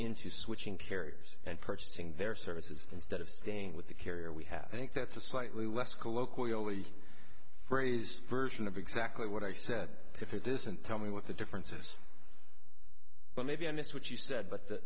into switching carriers and purchasing their services instead of staying with the carrier we have i think that's a slightly less colloquially phrased version of exactly what i said if it isn't tell me what the differences but maybe i missed what you said but the